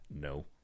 No